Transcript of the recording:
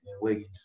Wiggins